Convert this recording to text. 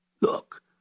Look